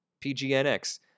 PGNX